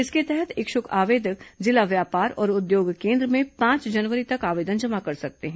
इसके तहत इच्छुक आवेदक जिला व्यापार और उद्योग केन्द्र में पांच जनवरी तक आवेदन जमा कर सकते हैं